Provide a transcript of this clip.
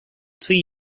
three